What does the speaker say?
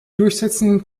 durchsetzen